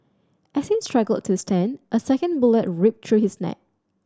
as he struggled to stand a second bullet ripped through his neck